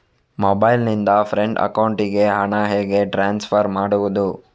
Mobile ನಿಂದ friend ಅಕೌಂಟಿಗೆ ಹಣ ಹೇಗೆ ಟ್ರಾನ್ಸ್ಫರ್ ಮಾಡುವುದು?